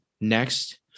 next